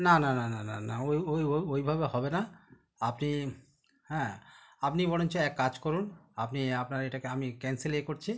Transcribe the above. না না না না না না ওই ওই ওইভাবে হবে না আপনি হ্যাঁ আপনি বরঞ্চ এক কাজ করুন আপনি আপনার এটাকে আমি ক্যানসেল ই করছি